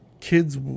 kids